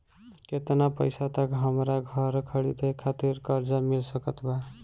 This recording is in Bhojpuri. केतना पईसा तक हमरा घर खरीदे खातिर कर्जा मिल सकत बा?